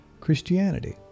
Christianity